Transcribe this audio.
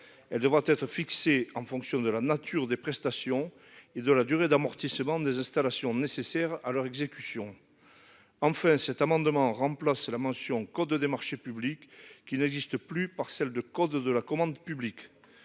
qui devra être fixée en fonction de la nature des prestations et de la durée d'amortissement des installations nécessaires à leur exécution. Enfin, il vise à remplacer la référence au « code des marchés publics », qui n'existe plus, par une référence au « code de la commande publique »